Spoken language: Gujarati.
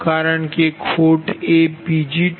કારણ કે ખોટ એ Pg2Pg3